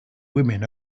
women